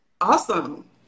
awesome